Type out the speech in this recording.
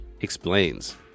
explains